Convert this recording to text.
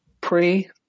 pre